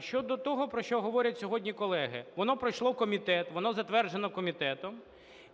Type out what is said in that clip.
щодо того, про що говорять сьогодні колеги. Воно пройшло комітет, воно затверджено комітетом.